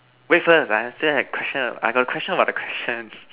wait first ah I still I got question about the question